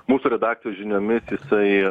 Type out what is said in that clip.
mūsų redakcijos žiniomis jisai